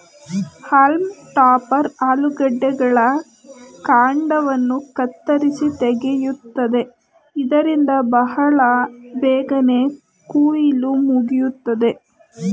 haulm topper ಆಲೂಗಡ್ಡೆಗಳ ಕಾಂಡವನ್ನು ಕತ್ತರಿಸಿ ತೆಗೆಯುತ್ತದೆ ಇದರಿಂದ ಬಹಳ ಬೇಗನೆ ಕುಯಿಲು ಮುಗಿಯುತ್ತದೆ